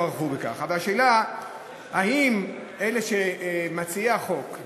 גם אם לא יתקבלו ההסתייגויות שלנו,